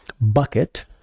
bucket